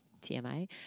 TMI